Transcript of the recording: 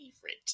favorite